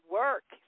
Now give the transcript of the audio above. work